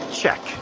check